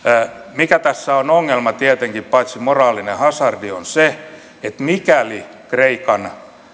mikä tässä on ongelma tietenkin paitsi moraalinen hasardi on se että mikäli kreikan